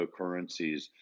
cryptocurrencies